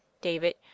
David